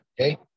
Okay